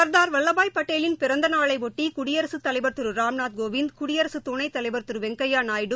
சர்தார் வல்லபாய் பட்டேலின் பிறந்தநாளையொட்டி குடியரசுத் தலைவர் திரு ராம்நாத் கோவிந்த் குடியரகத் துணைத் தலைவர் திரு வெங்கப்யா நாயுடு